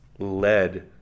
led